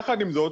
יחד עם זאת